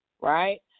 right